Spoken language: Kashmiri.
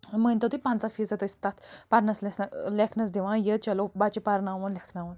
مٲنۍ تو تُہۍ پنٛژاہ فیٖصد ٲسۍ تَتھ پرنَس لیٚکھنَس دوان یہِ چلو بچہِ پرناوہون لیٚکھناوہون